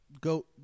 Go